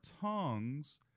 tongues